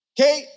Okay